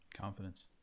Confidence